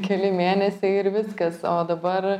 keli mėnesiai ir viskas o dabar